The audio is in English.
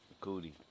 Cootie